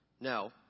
now